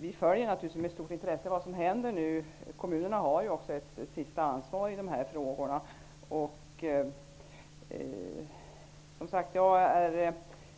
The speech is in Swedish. Vi följer med intresse vad som händer. Kommunerna har ett sista ansvar i frågorna. Jag är